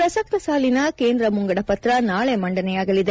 ಪ್ರಸಕ್ತ ಸಾಲಿನ ಕೇಂದ್ರ ಮುಂಗಡ ಪತ್ರ ನಾಳೆ ಮಂಡನೆಯಾಗಲಿದೆ